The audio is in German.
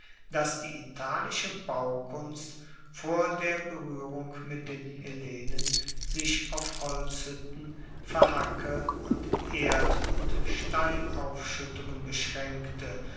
dass die italische baukunst vor der beruehrung mit den hellenen sich auf holzhuetten verhacke und erd und steinaufschuettungen beschraenkte